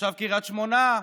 תושב קריית שמונה,